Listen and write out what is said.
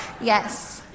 Yes